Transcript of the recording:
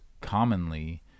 commonly